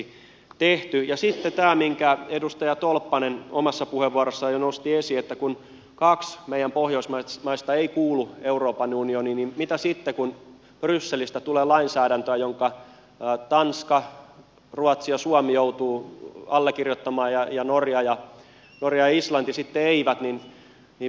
ja sitten tämä minkä edustaja tolppanen omassa puheenvuorossaan jo nosti esiin että kun kaksi meidän pohjoismaista ei kuulu euroopan unioniin niin mitä sitten kun brysselistä tulee lainsäädäntöä jonka tanska ruotsi ja suomi joutuvat allekirjoittamaan ja norja ja islanti sitten eivät niin mitä tällaisessa tilanteessa